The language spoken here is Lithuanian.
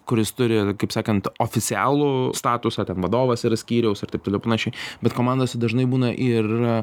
kuris turi kaip sakant oficialų statusą ten vadovas yra skyriaus ir taip toliau ir panašiai bet komandose dažnai būna ir